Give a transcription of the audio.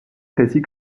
précis